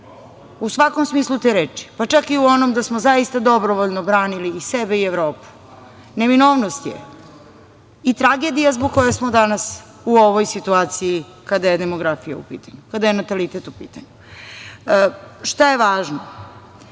u svakom smislu te reči, pa čak i u onom da smo zaista dobrovoljno branili i sebe i Evropu. Neminovnost je i tragedija zbog koje smo danas u ovoj situaciji kada je demografija u pitanju, kada je natalitet u pitanju. Šta je važno?